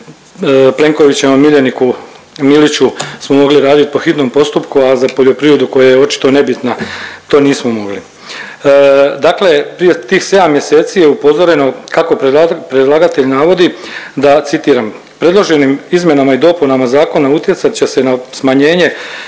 Plenkovićevom miljeniku Miliću smo mogli raditi po hitnom postupku, ali za poljoprivredu koja je očito nebitna to nismo mogli. Dakle, prije tih 7 mjeseci je upozoreno kako predlagatelj navodi da citiram, predloženim izmjenama i dopunama zakona utjecat će se na smanjenje